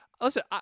Listen